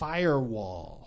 Firewall